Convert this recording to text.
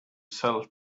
sell